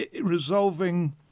resolving